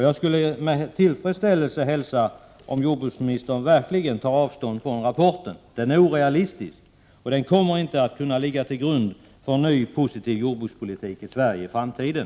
Jag skulle med tillfredsställelse hälsa om jordbruksministern verkligen tog avstånd från rapporten. Den är orealistisk, och den kommer inte att kunna ligga till grund för en ny positiv jordbrukspolitik i Sverige i framtiden.